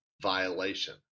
violation